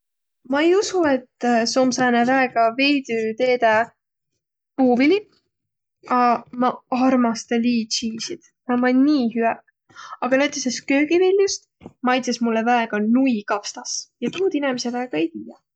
Ma ei usuq, et seo om sääne väega veidü teedäq puuvili, a maq armasta liitsiisit, na ommaq nii hüäq. Aga näütüses köögiviljust maitsõs mullõ väega nuikapstas ja tuud inemiseq väega ei tiiäq.